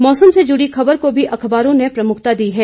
मौसम से जुड़ी खबर को भी अखबारों ने प्रमुखता दी है